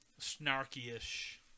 snarky-ish